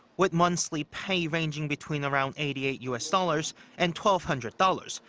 with monthly pay ranging between around eighty eight u s. dollars and twelve hundred dollars,